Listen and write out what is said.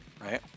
right